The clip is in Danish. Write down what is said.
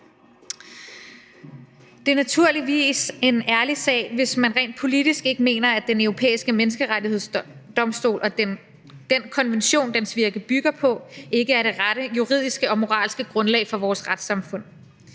Det er naturligvis en ærlig sag, hvis man rent politisk mener, at Den Europæiske Menneskerettighedsdomstol og den konvention, dens virke bygger på, ikke er det rette juridiske og moralske grundlag for vores retssamfund.